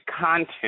content